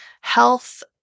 health